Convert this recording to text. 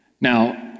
now